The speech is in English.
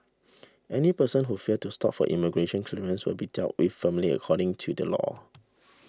any person who fails to stop for immigration clearance will be dealt with firmly according to the law